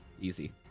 Easy